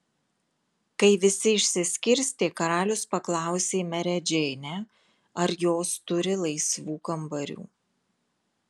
kai visi išsiskirstė karalius paklausė merę džeinę ar jos turi laisvų kambarių